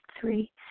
Three